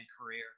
career